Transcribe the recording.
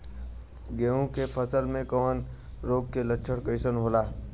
गेहूं के फसल में कवक रोग के लक्षण कइसन होला?